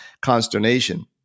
consternation